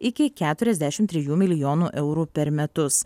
iki keturiasdešim trijų milijonų eurų per metus